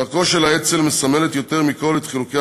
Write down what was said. דרכו של האצ"ל מסמלת יותר מכול את חילוקי